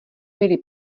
byli